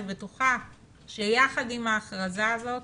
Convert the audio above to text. אני בטו7חה שיחד עם ההכרזה הזאת